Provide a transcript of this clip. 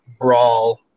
brawl